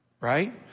right